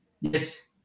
Yes